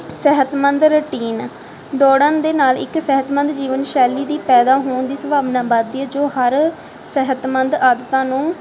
ਸਿਹਤਮੰਦ ਰੂਟੀਨ ਦੌੜਨ ਦੇ ਨਾਲ ਇੱਕ ਸਿਹਤਮੰਦ ਜੀਵਨ ਸ਼ੈਲੀ ਦੀ ਪੈਦਾ ਹੋਣ ਦੀ ਸੰਭਾਵਨਾ ਵੱਧਦੀ ਹੈ ਜੋ ਹਰ ਸਿਹਤਮੰਦ ਆਦਤਾਂ ਨੂੰ